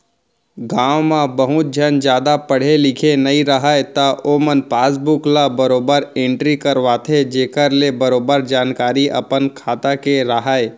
गॉंव म बहुत झन जादा पढ़े लिखे नइ रहयँ त ओमन पासबुक ल बरोबर एंटरी करवाथें जेखर ले बरोबर जानकारी अपन खाता के राहय